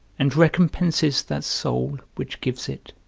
and recompenses that soul, which gives it,